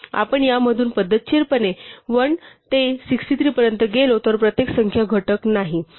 आपण यामधून पद्धतशीरपणे 1 ते 63 पर्यंत गेलो तर प्रत्येक संख्या घटक नाही